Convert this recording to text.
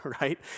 right